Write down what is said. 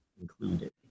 included